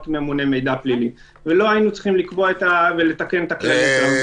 ממונה מידע פלילי ולא היינו צריכים לתקן את הכללים שלנו.